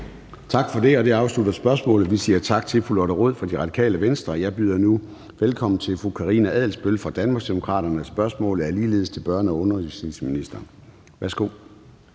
Tak for det. Det afslutter spørgsmålet. Vi siger tak til fru Lotte Rod fra Det Radikale Venstre. Jeg byder nu velkommen til fru Karina Adsbøl fra Danmarksdemokraterne, og spørgsmålet er ligeledes til undervisningsministeren.